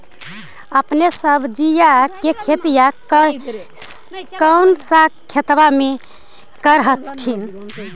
अपने सब्जिया के खेतिया कौन सा खेतबा मे कर हखिन?